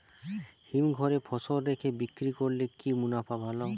হিমঘরে ফসল রেখে বিক্রি করলে কি মুনাফা ভালো?